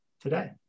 today